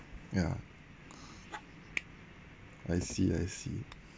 yeah I see I see